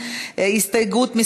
עיסאווי